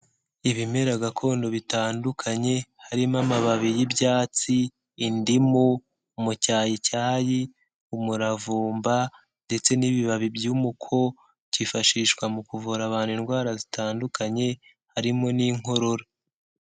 Ibimera gakondo bitandukanye, harimo amababi y'ibyatsi, indimu umucyayicyayi, umuravumba, ndetse n'ibibabi by'umuko, byifashishwa mu kuvura abantu indwara zitandukanye harimo n'inkorora.